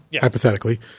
hypothetically